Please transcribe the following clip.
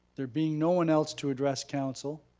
there being no one else to address council,